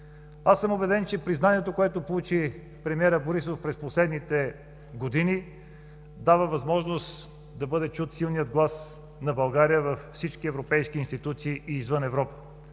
Аз съм убеден, че признанието, което получи премиерът Борисов през последните години, дава възможност да бъде чут силният глас на България във всички европейски институции и извън Европа.